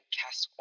cast